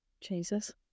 Jesus